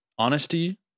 honesty